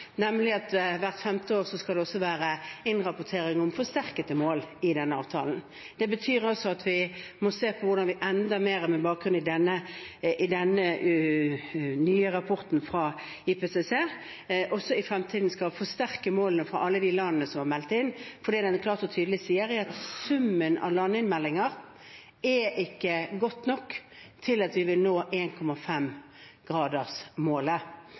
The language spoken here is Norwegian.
at det hvert femte år også skal være innrapportering om forsterkede mål i denne avtalen. Det betyr at vi må se på hvordan vi enda mer – med bakgrunn i den nye rapporten fra IPCC – også i fremtiden skal forsterke målene for alle landene som er meldt inn, for det den klart og tydelig sier, er at summen av landinnmeldinger ikke er god nok til at vi vil nå